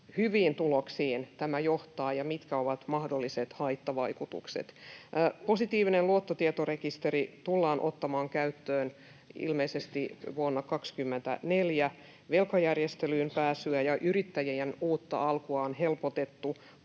hyviin tuloksiin tämä johtaa ja mitkä ovat mahdolliset haittavaikutukset. Positiivinen luottotietorekisteri tullaan ottamaan käyttöön ilmeisesti vuonna 24. Velkajärjestelyyn pääsyä ja yrittäjien uutta alkua on helpotettu.